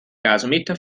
gasometer